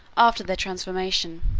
after their transformation.